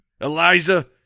Eliza